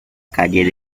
calles